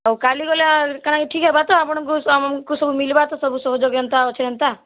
ଆଉ କାଲି ଗଲେ ଆର୍ କାଣାକି ଠିକ୍ ହେବା ତ ଆପଣଙ୍କୁ ଆମ୍କୁ ସବୁ ମିଲ୍ବା ତ ସବୁ ସବୁଯାକେ ଯେନ୍ତା ଅଛେ ହେନ୍ତା